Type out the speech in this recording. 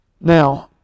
Now